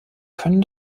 können